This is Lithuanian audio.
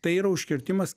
tai yra užkirtimas